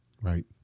right